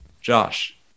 Josh